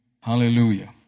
Hallelujah